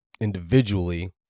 individually